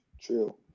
True